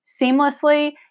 seamlessly